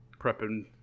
prepping